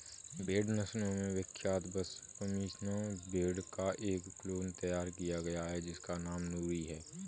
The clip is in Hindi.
भेड़ नस्लों में विख्यात पश्मीना भेड़ का एक क्लोन तैयार किया गया है जिसका नाम नूरी है